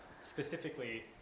specifically